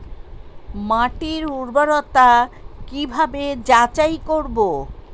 মাটির উর্বরতা কি ভাবে যাচাই করব?